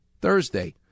Thursday